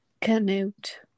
Canute